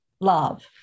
love